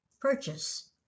purchase